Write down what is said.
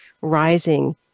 rising